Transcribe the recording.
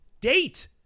Date